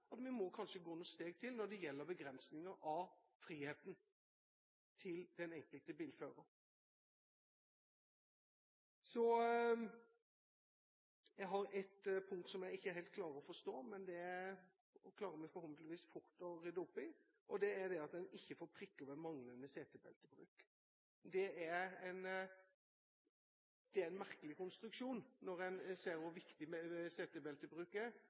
at vi må kanskje gå noen steg til når det gjelder begrensninger av friheten til den enkelte bilfører. Jeg har ett punkt som jeg ikke helt klarer å forstå, men det klarer vi forhåpentligvis fort å rydde opp i, nemlig det at en ikke får prikker ved manglende setebeltebruk. Det er en merkelig konstruksjon når en ser hvor viktig setebeltebruk er,